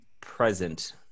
present